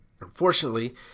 Unfortunately